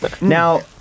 Now